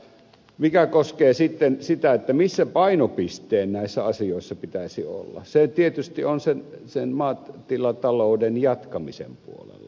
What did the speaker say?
mikä koskee sitten sitä missä painopisteen näissä asioissa pitäisi olla niin se tietysti on sen maatilatalouden jatkamisen puolella